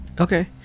Okay